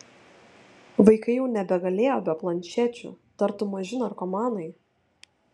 vaikai jau nebegalėjo be planšečių tartum maži narkomanai